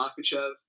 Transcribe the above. Makachev